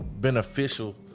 beneficial